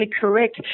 correct